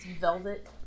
Velvet